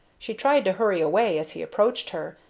she tried to hurry away as he approached her,